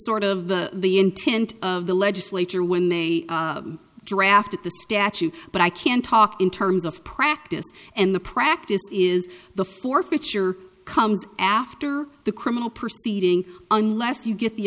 sort of the the intent of the legislature when they drafted the statute but i can talk in terms of practice and the practice is the forfeiture comes after the criminal proceeding unless you get the